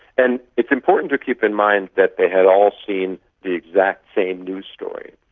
and it's important to keep in mind that they had all seen the exact same news story.